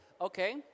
Okay